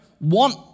want